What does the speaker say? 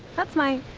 that's mine.